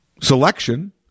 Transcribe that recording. selection